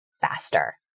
faster